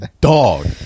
dog